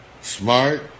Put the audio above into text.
Smart